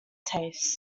taste